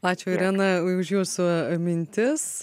ačiū irena už jūsų mintis